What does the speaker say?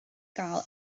gael